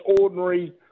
ordinary